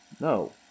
No